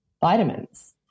vitamins